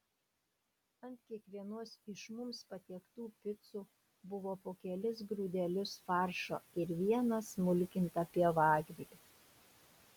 ant kiekvienos iš mums patiektų picų buvo po kelis grūdelius faršo ir vieną smulkintą pievagrybį